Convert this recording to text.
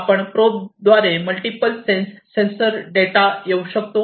आपण प्रोब द्वारे multiple sense sensor data येऊ शकतो